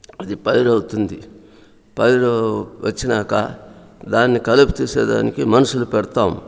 అది పైరు అవుతుంది పైరు వచ్చినాక దాన్ని కలుపు తీసేదానికి మనుషులు పెడతాం